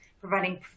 providing